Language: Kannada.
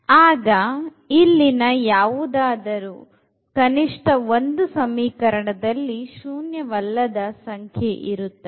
ಆಗ ಇಲ್ಲಿನ ಯಾವುದಾದರು ಕನಿಷ್ಠ ಒಂದು ಸಮೀಕರಣದಲ್ಲಿ ಶೂನ್ಯವಲ್ಲದ ಸಂಖ್ಯೆ ಇರುತ್ತದೆ